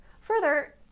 Further